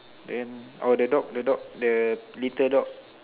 then oh the dog the dog the little dog